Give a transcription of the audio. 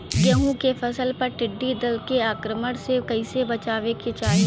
गेहुँ के फसल पर टिड्डी दल के आक्रमण से कईसे बचावे के चाही?